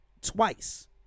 twice